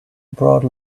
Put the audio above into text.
broad